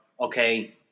okay